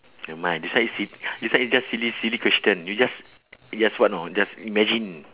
nevermind this one is sil~ this one is just silly silly question you just you just what know just imagine